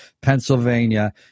Pennsylvania